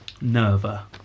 Nerva